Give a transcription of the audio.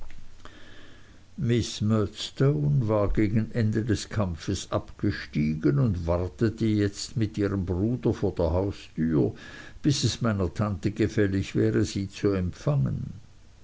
murdstone war gegen ende des kampfes abgestiegen und wartete jetzt mit ihrem bruder vor der haustür bis es meiner tante gefällig wäre sie zu empfangen